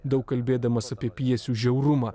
daug kalbėdamas apie pjesių žiaurumą